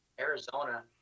Arizona